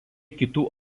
kitų